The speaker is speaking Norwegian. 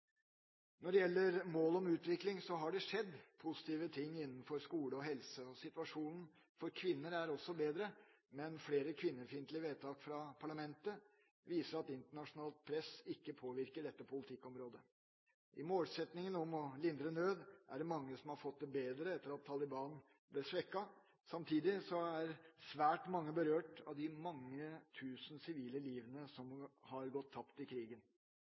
Når det gjelder målet om utvikling, har det skjedd positive ting innenfor skole og helse. Situasjonen for kvinner er også bedre, men flere kvinnefiendtlige vedtak av parlamentet viser at internasjonalt press ikke påvirker dette politikkområdet. På grunn av målsettingen om å lindre nød er det mange som har fått det bedre etter at Taliban ble svekket. Samtidig er svært mange berørt av de mange tusen sivile livene som har gått tapt i krigen.